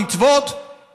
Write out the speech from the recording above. לא למצוות,